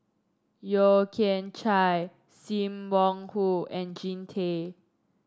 Yeo Kian Chye Sim Wong Hoo and Jean Tay